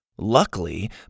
Luckily